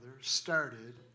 started